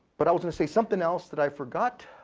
but i was gonna say something else that i forgot.